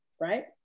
right